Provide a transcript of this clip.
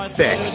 six